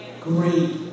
great